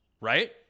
right